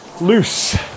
loose